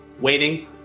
waiting